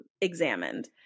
examined